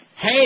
hey